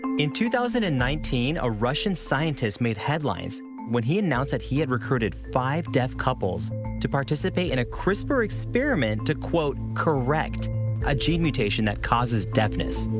in two thousand and nineteen, a russian scientist made headlines when he announced that he had recruited five deaf couples to participate in a crispr experiment to, quote, correct a gene mutation that causes deafness.